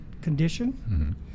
condition